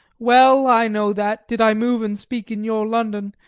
well, i know that, did i move and speak in your london,